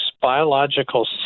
biological